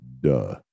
Duh